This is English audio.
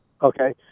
Okay